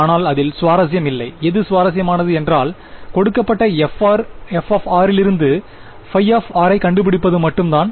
ஆனால் அதில் சுவாரஸ்யம் இல்லை எது சுவாரசியமானது என்றல் கொடுக்கப்பட்ட fலிருந்து ϕஐ கண்டுபிடிப்பது மட்டும் தான்